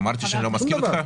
אמרתי שאני לא מסכים איתך?